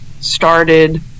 started